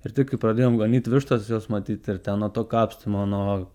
ir tik kai pradėjom ganyt vištas ir jos matyt ir ten nuo to kapstymo nuo